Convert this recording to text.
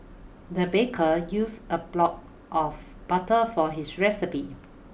the baker used a block of butter for this recipe